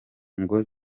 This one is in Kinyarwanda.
ngo